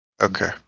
Okay